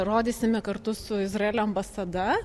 rodysime kartu su izraelio ambasada